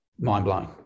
mind-blowing